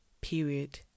period